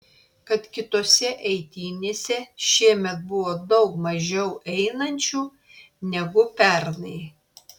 kad kitose eitynėse šiemet buvo daug mažiau einančių negu pernai